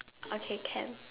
okay can